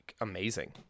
amazing